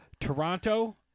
Toronto